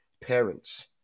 parents